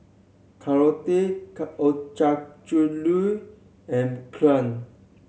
Korokke Ochazuke and Kheer